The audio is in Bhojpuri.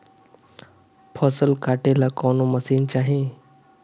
फसल काटेला कौन मशीन चाही?